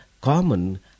common